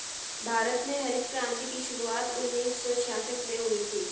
भारत में हरित क्रान्ति की शुरुआत उन्नीस सौ छियासठ में हुई थी